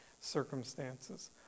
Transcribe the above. circumstances